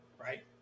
right